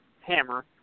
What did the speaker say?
hammer